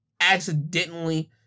accidentally